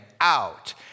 out